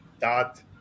dot